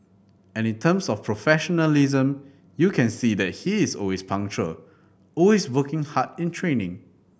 and in terms of professionalism you can see that he is always punctual always working hard in training